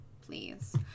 please